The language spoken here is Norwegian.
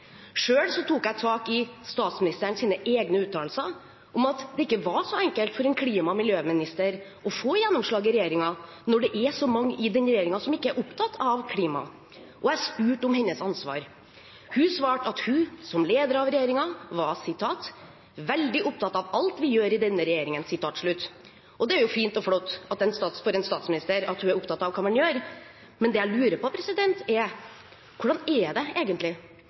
tok jeg tak i statsministerens egne uttalelser om at det ikke var så enkelt for en klima- og miljøminister å få gjennomslag i regjeringen når det er så mange i denne regjeringen som ikke er opptatt av klima, og jeg spurte om hennes ansvar. Hun svarte at hun som leder av regjeringen var «veldig opptatt av alt vi gjør i denne regjeringen». Det er fint og flott at en statsminister er opptatt av hva man gjør, men det jeg lurer på, er: Hvordan er det egentlig